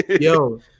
yo